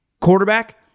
quarterback